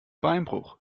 beinbruch